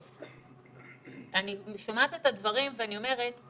אני שומעת את הדברים ואני אומרת,